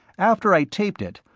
after i taped it,